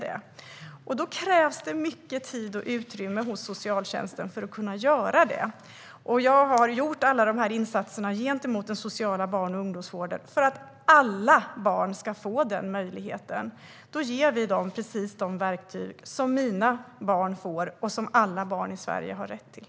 Detta kräver mycket tid och utrymme hos socialtjänsten, och jag har gjort alla dessa insatser för den sociala barn och ungdomsvården för att alla barn ska få denna möjlighet. Då ger vi dessa barn de verktyg som mina barn får och som alla barn i Sverige har rätt till.